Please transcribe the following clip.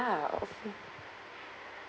okay